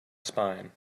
spine